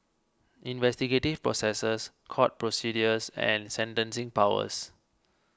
investigative processes court procedures and sentencing powers